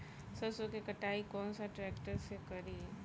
सरसों के कटाई कौन सा ट्रैक्टर से करी?